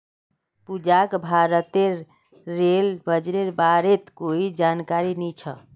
पूजाक भारतेर रेल बजटेर बारेत कोई जानकारी नी छ